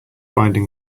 binding